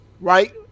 right